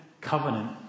covenant